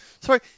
Sorry